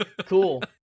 Cool